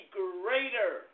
greater